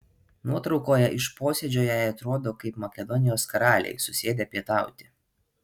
nuotraukoje iš posėdžio jei atrodo kaip makedonijos karaliai susėdę pietauti